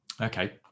okay